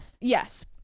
yes